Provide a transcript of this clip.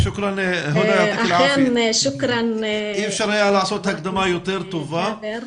אי אפשר היה לעשות הקדמה יותר טובה,